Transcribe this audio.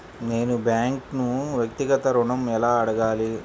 నేను బ్యాంక్ను వ్యక్తిగత ఋణం ఎలా అడగాలి?